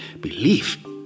belief